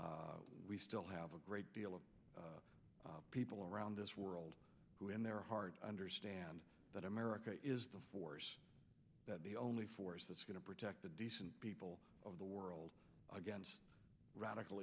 we still have a great deal of people around this world who in their heart understand that america is the force the only force that's going to protect the decent people of the world against radical